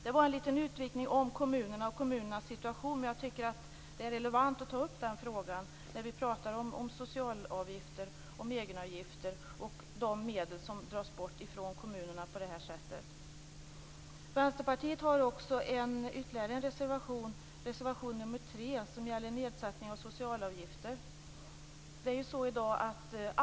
Det var en liten utvikning om kommunerna och deras situation, men jag tycker att det är relevant att ta upp den frågan när vi talar om socialavgifter och egenavgifter och de medel som dras bort från kommunerna på det här sättet. Vänsterpartiet har ytterligare en reservation, nr 3, som gäller nedsättning av socialavgifter.